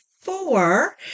four